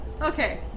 Okay